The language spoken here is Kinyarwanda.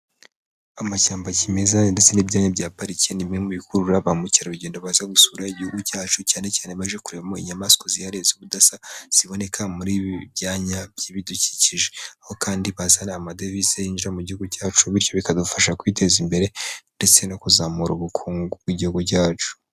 Amashyamba kimeza ndetse n'ibyanini bya pariki ni bi mu bikurura ba mukerarugendo baza gusura igihugu cyacu cyane cyane baje kurebamo inyamaswa zihariye z'ubudasa ziboneka muri ibi byanya by'ibidukikije. Aho kandi bazana amadevize yinjira mu gihugu cyacu bityo bikadufasha kwiteza imbere ndetse no kuzamura ubukungu bw'igihugu cyacu.